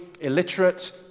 illiterate